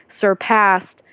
surpassed